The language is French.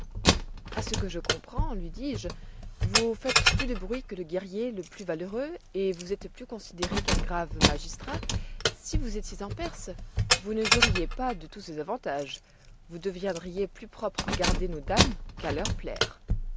à ce que je comprends lui dis-je vous faites plus de bruit que le guerrier le plus valeureux et vous êtes plus considéré qu'un grave magistrat si vous étiez en perse vous ne jouiriez pas de tous ces avantages vous deviendriez plus propre à garder nos dames qu'à leur plaire